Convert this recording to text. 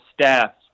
staff